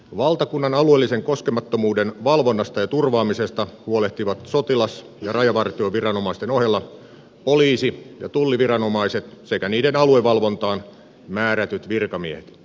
valtakunnan alueellisen koskemattomuuden valvonnasta ja turvaamisesta huolehtivat sotilas ja rajavartioviranomaisten ohella poliisi ja tulliviranomaiset sekä niiden aluevalvontaan määrätyt virkamiehet